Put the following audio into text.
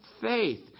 faith